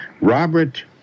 Robert